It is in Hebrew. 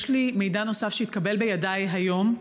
יש לי מידע נוסף שהתקבל בידיי היום,